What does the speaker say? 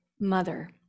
mother